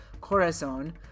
Corazon